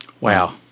Wow